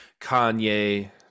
Kanye